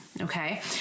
Okay